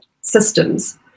systems